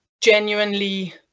genuinely